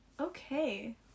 Okay